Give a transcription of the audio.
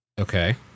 okay